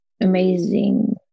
amazing